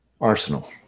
Arsenal